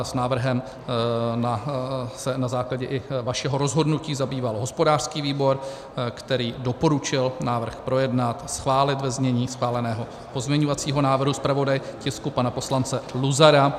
Návrhem se na základě i vašeho rozhodnutí zabýval hospodářský výbor, který doporučil návrh projednat, schválit ve znění schváleného pozměňovacího návrhu zpravodaje tisku, pana poslance Luzara.